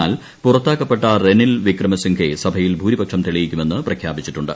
എന്നാൽ പുറത്ത്ക്ക്പ്പെട്ട റെനിൽ വിക്രമ സിംഗെ സഭയിൽ ഭൂരിപക്ഷം ത്തെ്ളിയിക്കുമെന്ന് പ്രഖ്യാപിച്ചിട്ടുണ്ട്